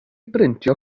brintio